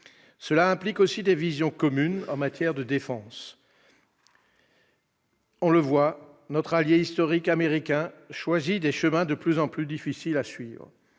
Cela implique aussi des visions communes en matière de défense. On le voit, notre allié historique américain choisit des chemins de plus en plus difficiles à suivre.